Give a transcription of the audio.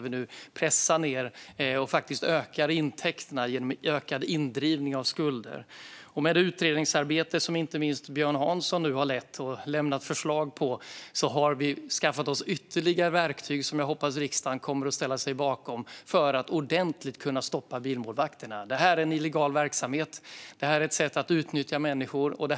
Vi pressar på och ökar intäkterna genom ökad indrivning av skulder. Med det utredningsarbete som inte minst Björn Hansson har lett och lämnat förslag på, har vi skaffat oss ytterligare verktyg som jag hoppas att riksdagen kommer att ställa sig bakom för att ordentligt stoppa bilmålvakterna. Det är illegal verksamhet, och det är ett sätt att utnyttja människor.